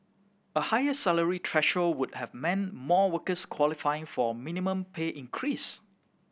a higher salary would have meant more workers qualifying for a minimum pay increase